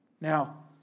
Now